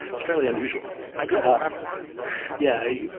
it's fairly unusual i don't remember yeah. yeah